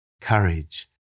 courage